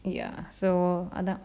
ya so அதான்:athan